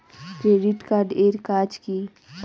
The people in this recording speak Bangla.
ক্রেডিট কার্ড এর কাজ কি?